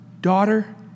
daughter